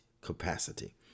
capacity